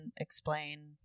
explain